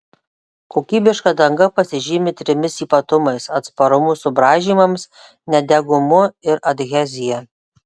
kokybiška danga pasižymi trimis ypatumais atsparumu subraižymams nedegumu ir adhezija